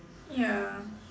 ya